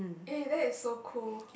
eh that is so cool